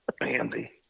Andy